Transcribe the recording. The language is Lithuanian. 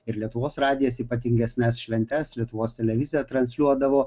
ir lietuvos radijas ypatingesnes šventes lietuvos televizija transliuodavo